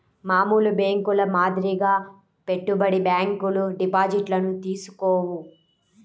మామూలు బ్యేంకుల మాదిరిగా పెట్టుబడి బ్యాంకులు డిపాజిట్లను తీసుకోవు